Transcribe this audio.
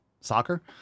soccer